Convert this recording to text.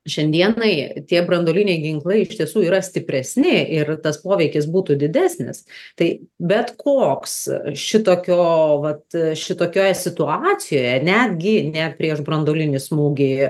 šiandienai tie branduoliniai ginklai iš tiesų yra stipresni ir tas poveikis būtų didesnis tai bet koks šitokio vat šitokioje situacijoje netgi ne prieš branduolinį smūgį